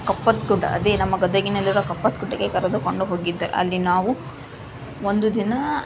ಕಪ್ಪತಗುಡ್ಡ ಅದೇ ನಮ್ಮ ಗದಗಿನಲ್ಲಿರುವ ಕಪ್ಪತಗುಡ್ಡಕ್ಕೆ ಕರೆದುಕೊಂಡು ಹೋಗಿದ್ದರು ಅಲ್ಲಿ ನಾವು ಒಂದು ದಿನ